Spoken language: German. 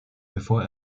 bevor